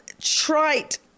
trite